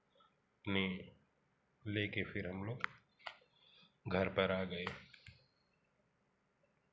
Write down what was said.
अपनी लेकर फिर हम लोग घर पर आ गए